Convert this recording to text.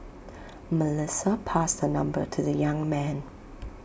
Melissa passed her number to the young man